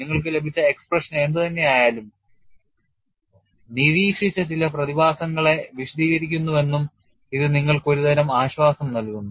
നിങ്ങൾക്ക് ലഭിച്ച expression എന്തായാലും നിരീക്ഷിച്ച ചില പ്രതിഭാസങ്ങളെ വിശദീകരിക്കുന്നുവെന്നതും ഇത് നിങ്ങൾക്ക് ഒരുതരം ആശ്വാസം നൽകുന്നു